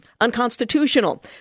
unconstitutional